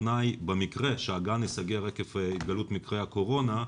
במקרה שגן ייסגר עקב התגלות מקרי קורונה,